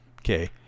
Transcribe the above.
okay